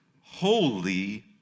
holy